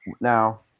now